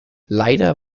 leider